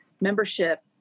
membership